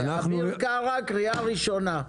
אביר קארה קריאה ראשונה.